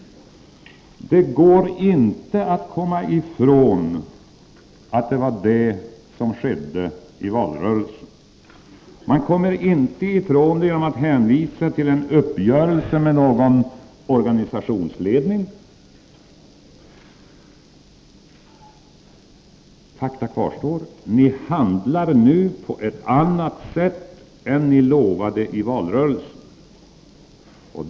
Det går inte att komma ifrån att det var detta som skedde i valrörelsen. Ni kommer inte ifrån det genom att hänvisa till en uppgörelse med någon organisationsledning. Fakta kvarstår. Ni handlar nu på ett annat sätt än ni lovade i valrörelsen.